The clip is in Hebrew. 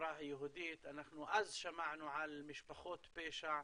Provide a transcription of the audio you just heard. בחברה היהודית, אנחנו אז שמענו על משפחות פשע,